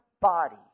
body